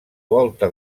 volta